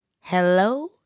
Hello